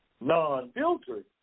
non-filtered